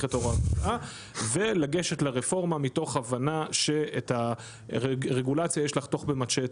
את הוראת השעה ולגשת לרפורמה מתוך הבנה שאת הרגולציה יש לחתוך במצ'טה,